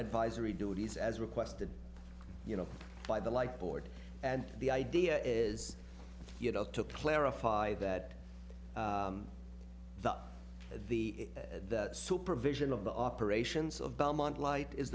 advisory duties as requested you know by the life board and the idea is you know to clarify that the the supervision of the operations of belmont light is